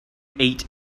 eat